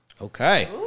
Okay